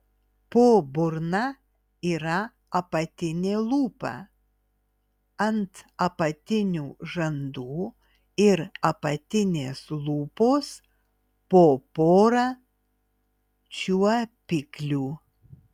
po burna yra apatinė lūpa ant apatinių žandų ir apatinės lūpos po porą čiuopiklių